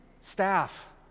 staff